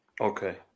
Okay